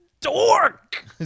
Dork